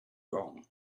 wrong